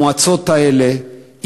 סוציו-אקונומי 8. המועצות האלה,